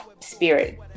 spirit